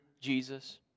Jesus